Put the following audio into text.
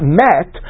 met